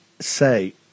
say